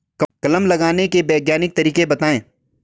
कमल लगाने के वैज्ञानिक तरीके बताएं?